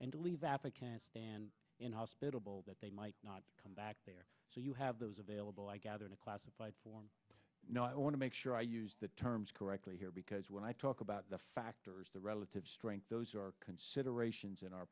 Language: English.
and to leave africa and inhospitable that they might not come back there so you have those available i gather in a classified form no i want to make sure i use the terms correctly here because when i talk about the factors the relative strength those are considerations in our